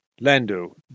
Lando